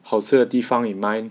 好吃的地方 in mind